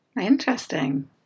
interesting